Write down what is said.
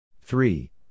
three